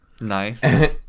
Nice